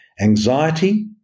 anxiety